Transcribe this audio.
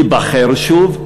ייבחר שוב,